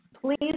please